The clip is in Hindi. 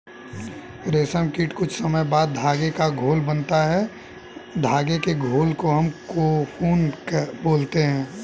रेशम कीट कुछ समय बाद धागे का घोल बनाता है धागे के घोल को हम कोकून बोलते हैं